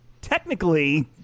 technically